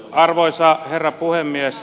arvoisa herra puhemies